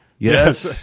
Yes